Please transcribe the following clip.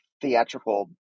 theatrical